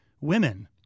women